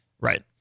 right